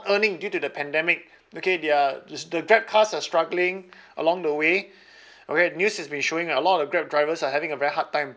earning due to the pandemic okay they are just the grab cars are struggling along the way okay news has been showing a lot of grab drivers are having a very hard time